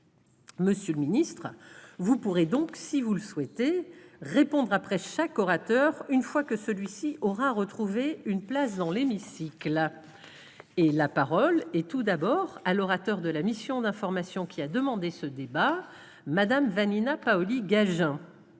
Monsieur le ministre, vous pourrez donc, si vous le souhaitez, répondre après chaque orateur, une fois que celui-ci aura retrouvé une place dans l'hémicycle. La parole est à Mme Vanina Paoli-Gagin, rapporteur de la mission d'information qui a demandé ce débat. Madame la présidente,